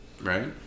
Right